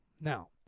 now